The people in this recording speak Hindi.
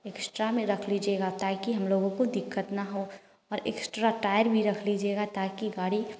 एक्स्ट्रा में रख लीजिएगा ताकि हम लोगों को दिक्कत ना हो और एक्स्ट्रा टायर भी रख लीजिएगा ताकि गाड़ी